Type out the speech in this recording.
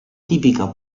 tipica